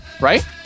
right